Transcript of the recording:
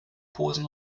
posen